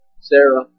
Sarah